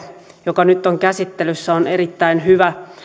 joka nyt on käsittelyssä on erittäin hyvä